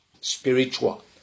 spiritual